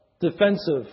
defensive